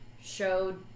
showed